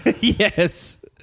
Yes